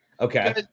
Okay